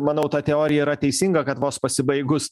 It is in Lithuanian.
manau ta teorija yra teisinga kad vos pasibaigus